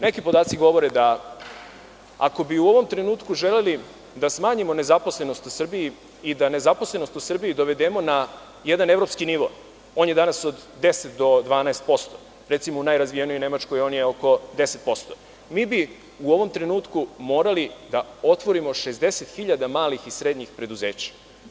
Neki podaci govore da ako bi u ovom trenutku želeli da smanjimo nezaposlenost u Srbiji i da je dovedemo na jedan evropski nivo, on je od 10-12%, u najrazvijenijoj Nemačkoj on je oko 10%, u ovom trenutku bi morali da otvorimo 60 hiljada malih i srednjih preduzeća.